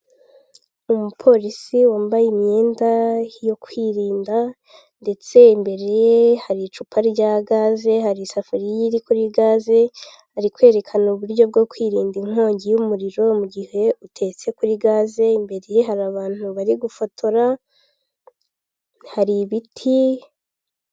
Umupolisi wambaye imyenda yo kwirinda ndetse imbere hari icupa rya gaze hari isafuriya iri kuri gaze ari kwerekana uburyo bwo kwirinda inkongi y'umuriro mu gihe utetse kuri gaze imbere ye hari abantu bari gufotora hari ibiti.